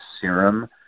serum